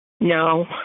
No